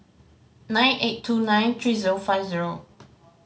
nine eight two nine three zero five zero